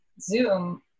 zoom